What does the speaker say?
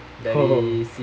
oh